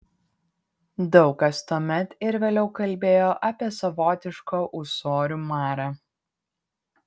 daug kas tuomet ir vėliau kalbėjo apie savotišką ūsorių marą